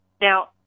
Now